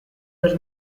los